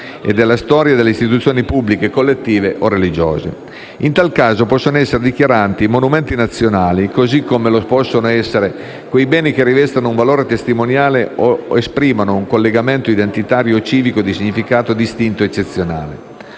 e della storia delle istituzioni pubbliche, collettive o religiose. In tal caso possono essere dichiarati monumento nazionale, così come lo possono essere quei beni che rivestano un valore testimoniale o esprimano un collegamento identitario o civico di significato distintivo eccezionale.